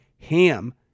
HAM